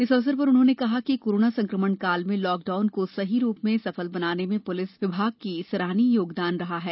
इस अवसर पर उन्होंने कहा कि कोरोना संक्रमण काल में लॉकडाउन को सही रूप में सफल बनाने में पुलिस विभाग का सराहनीय योगदान रहा है